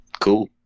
cool